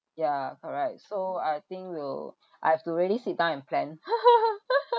ya correct so I think will I've to really sit down and plan